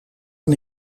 aan